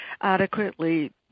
adequately